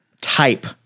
type